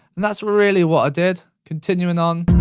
and, that's really what i did. continuing on.